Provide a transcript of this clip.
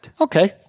Okay